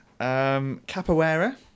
Capoeira